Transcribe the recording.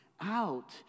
out